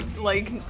like-